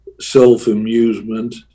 self-amusement